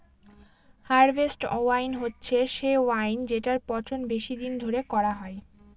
harvest wine হচ্ছে সে wine যেটার পচন বেশি দিন ধরে করা হয়